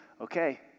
okay